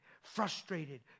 frustrated